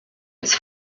its